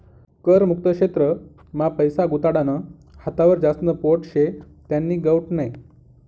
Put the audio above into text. कर मुक्त क्षेत्र मा पैसा गुताडानं हातावर ज्यास्न पोट शे त्यानी गोट नै